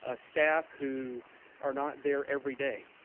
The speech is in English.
ah staff who are not there every day.